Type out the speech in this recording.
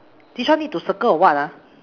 this one need to circle or what ah